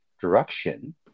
direction